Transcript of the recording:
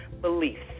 beliefs